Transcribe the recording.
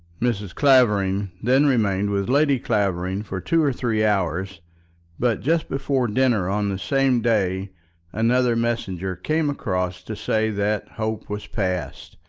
mrs. clavering then remained with lady clavering for two or three hours but just before dinner on the same day another messenger came across to say that hope was past,